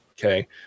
Okay